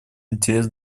интерес